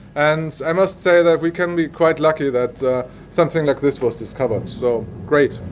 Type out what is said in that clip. and i must say that we can be quite lucky that that something like this was discovered. so great